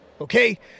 okay